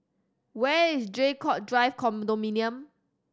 where is Draycott Drive Condominium